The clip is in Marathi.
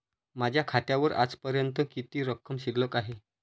माझ्या खात्यावर आजपर्यंत किती रक्कम शिल्लक आहे?